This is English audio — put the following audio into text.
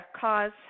cause